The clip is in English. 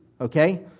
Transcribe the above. okay